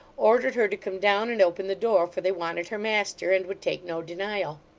ordered her to come down and open the door, for they wanted her master, and would take no denial.